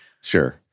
Sure